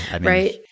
Right